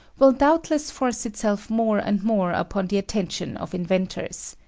will doubtless force itself more and more upon the attention of inventors.